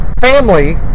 family